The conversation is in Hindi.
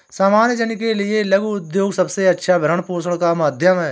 सामान्य जन के लिये लघु उद्योग सबसे अच्छा भरण पोषण का माध्यम है